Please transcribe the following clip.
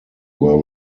were